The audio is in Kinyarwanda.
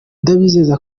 ndabizeza